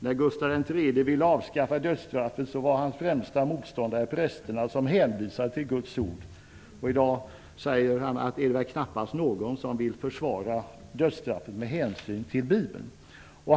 När Gustav III ville avskaffa dödsstraffet var hans främsta motståndare prästerna, som hänvisade till Guds ord. I dag, menar ärkebiskopen, är det väl knappast någon som vill försvara dödsstraffet genom att hänvisa till Bibeln.